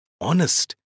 honest